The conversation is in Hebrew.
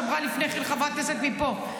אמרה לפני כן חברת כנסת מפה.